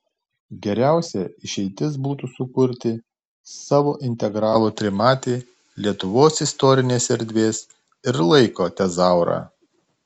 geriausia išeitis būtų sukurti savo integralų trimatį lietuvos istorinės erdvės ir laiko tezaurą